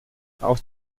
aus